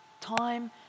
time